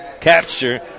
capture